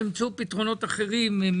ימצאו פתרונות אחרים.